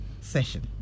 session